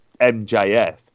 MJF